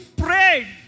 prayed